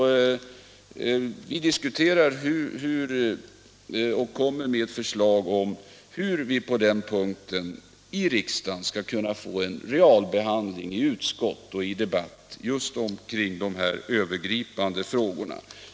Vi diskuterar och kommer med förslag om hur vi skall kunna få en realbehandling i utskott och riksdag om övergripande forskningsfrågor.